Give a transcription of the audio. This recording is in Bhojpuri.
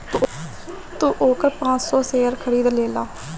तू ओकर पाँच सौ शेयर खरीद लेला